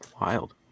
Wild